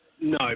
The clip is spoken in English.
No